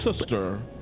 sister